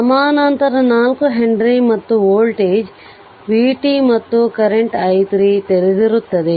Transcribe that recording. ಸಮಾನಾಂತರ 4 ಹೆನ್ರಿ ಮತ್ತು voltage vt ಮತ್ತು ಕರೆಂಟ್ i3 ತೆರೆದಿರುತ್ತದೆ